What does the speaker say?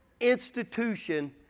institution